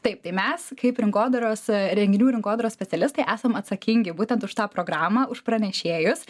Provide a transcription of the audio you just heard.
taip tai mes kaip rinkodaros renginių rinkodaros specialistai esam atsakingi būtent už tą programą už pranešėjus